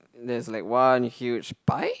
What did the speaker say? there's like one huge pie